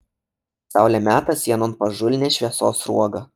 saulė meta sienon pažulnią šviesos sruogą